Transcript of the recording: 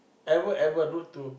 ever ever rude to